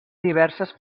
diverses